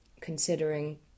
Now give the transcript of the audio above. considering